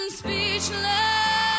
speechless